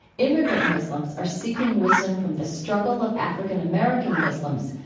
immigrant muslims are seeking wisdom from the struggle of african-american muslims,